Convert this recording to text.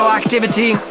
activity